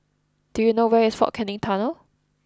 do you know where is Fort Canning Tunnel